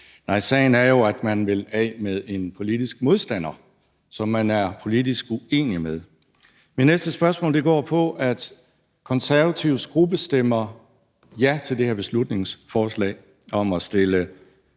sagen er jo, at man vil af med en politisk modstander, som man er politisk uenig med. Mit næste spørgsmål går på, at Konservatives gruppe stemmer ja til det her beslutningsforslag om at stille